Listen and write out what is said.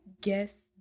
guess